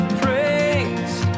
praise